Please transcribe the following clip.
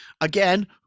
again